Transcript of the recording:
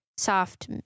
soft